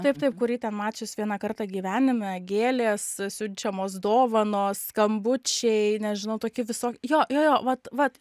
taip taip kurį ten mačius vieną kartą gyvenime gėlės siunčiamos dovanos skambučiai nežinau tokie visok jo jo vat vat